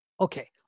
Okay